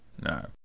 No